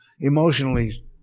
Emotionally